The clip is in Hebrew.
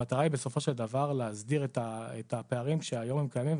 המטרה היא בסופו של דבר להסדיר את הפערים שהיום הם קיימים,